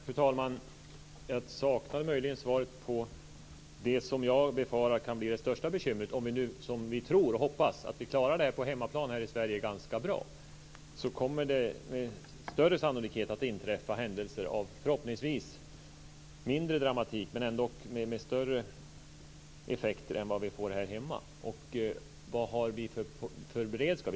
Fru talman! Jag saknar möjligen svar när det gäller det som jag befarar kan bli det största bekymret. Vi tror och hoppas att vi klarar av det här på hemmaplan i Sverige ganska bra. Men det kommer med stor sannolikhet att inträffa händelser av förhoppningsvis mindre dramatik men ändå med större effekter än de vi ser här hemma. Vad har vi för beredskap?